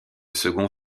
second